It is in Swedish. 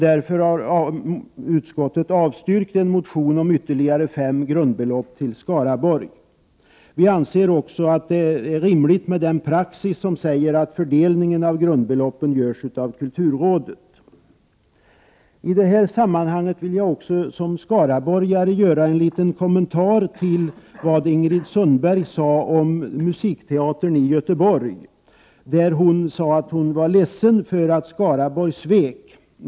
Därför har utskottet avstyrkt en motion om ytterligare fem grundbelopp till Skaraborg. Utskottet anser att den praxis är rimlig som innebär att fördelningen av grundbeloppen görs av kulturrådet. I detta sammanhang vill jag som skaraborgare göra en liten kommentar till vad Ingrid Sundberg sade om musikteatern i Göteborg. Hon sade att hon var ledsen för att Skaraborg svek.